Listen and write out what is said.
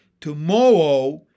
Tomorrow